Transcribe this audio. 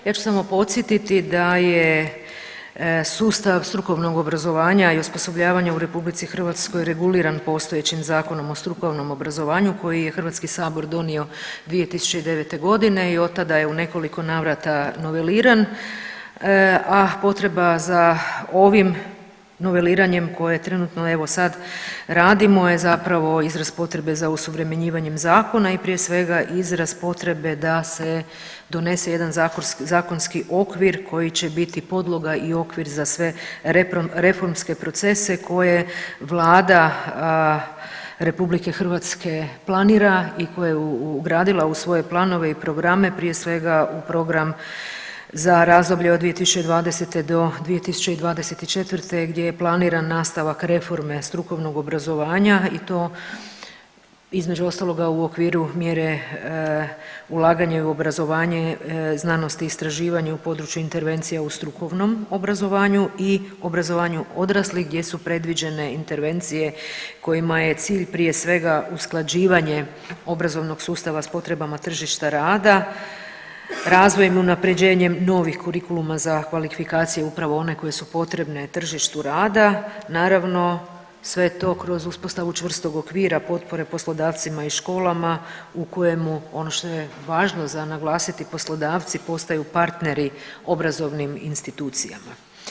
Ja ću samo podsjetiti da je sustav strukovnog obrazovanja i osposobljavanja u RH reguliran postojećim Zakonom o strukovnom obrazovanju koji je HS donio 2009.g. i otada je u nekoliko navrata noveliran, a potreba za ovim noveliranjem koje trenutno evo sad radimo je zapravo izraz potrebe za osuvremenjivanjem zakona i prije svega izraz potrebe da se donese jedan zakonski okvir koji će biti podloga i okvir za sve reformske procese koje Vlada RH planira i koje je ugradila u svoje planove i programe, prije svega u program za razdoblje od 2020. do 2024. gdje je planiran nastavak reforme strukovnog obrazovanja i to između ostaloga u okviru mjere ulaganje u obrazovanje, znanost i istraživanje u području intervencija u strukovnom obrazovanju i obrazovanju odraslih gdje su predviđene intervencije kojima je cilj prije svega usklađivanje obrazovanog sustava s potrebama tržišta rada, razvojem i unaprjeđenjem novih kurikuluma za kvalifikacije upravo one koje su potrebne tržištu rada, naravno sve to kroz uspostavu čvrstog okvira potpore poslodavcima i školama u kojemu ono što je važno za naglasiti poslodavci postaju partneri obrazovnim institucijama.